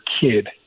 kid